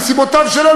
מסיבותיו שלו,